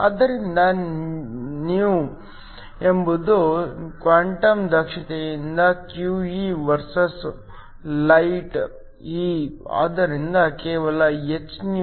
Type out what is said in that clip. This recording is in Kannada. ಆದ್ದರಿಂದ η ಎಂಬುದು ನಿಮ್ಮ ಕ್ವಾಂಟಮ್ ದಕ್ಷತೆಯಾಗಿದೆ QE ವರ್ಸಸ್ ಲೈಟ್ E ಆದ್ದರಿಂದ ಕೇವಲ hυ